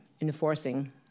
enforcing